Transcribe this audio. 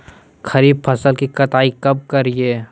खरीफ फसल की कटाई कब करिये?